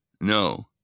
No